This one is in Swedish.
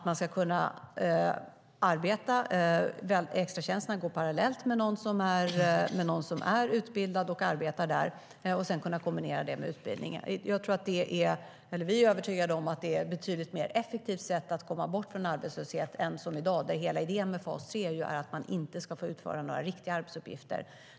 Man ska kunna arbeta i extratjänster - gå parallellt med någon som är utbildad och arbetar där - och sedan kunna kombinera det med utbildning. Vi är övertygade om att det är ett betydligt effektivare sätt att komma bort från arbetslöshet än som i dag, där hela idén med fas 3 är att man inte ska få utföra några riktiga arbetsuppgifter.